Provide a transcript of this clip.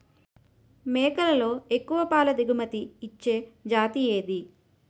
మేకలలో ఎక్కువ పాల దిగుమతి ఇచ్చే జతి ఏది?